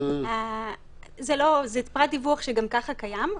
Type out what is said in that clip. זה פרט דיווח שגם כך קיים.